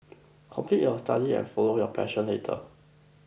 complete your studies and follow your passion later